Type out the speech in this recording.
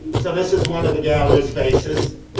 so this is one of the gallery spaces,